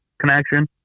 connection